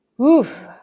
Oof